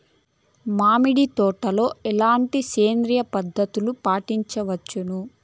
మామిడి తోటలో ఎట్లాంటి సేంద్రియ పద్ధతులు పాటించవచ్చును వచ్చును?